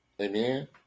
Amen